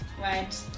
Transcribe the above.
right